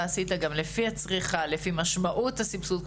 עשית גם לפי הצריכה ולפי משמעות הסבסוד.